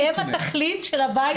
הן התחליף של הבית שאיננו.